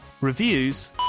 Reviews